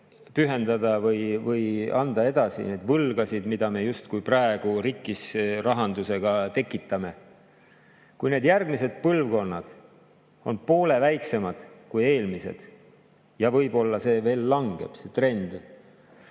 põlvedele anda edasi neid võlgasid, mida me justkui praegu rikkis rahanduse tõttu tekitame? Kui need järgmised põlvkonnad on poole väiksemad kui eelmised ja võib-olla see trend veel langeb, kui me ei